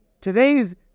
Today's